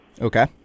Okay